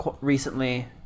recently